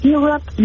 Europe